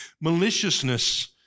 Maliciousness